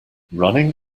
running